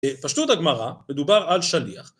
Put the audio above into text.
‫בפשטות הגמרא מדובר על שליח.